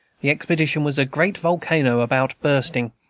the expedition was a great volcano about bursting,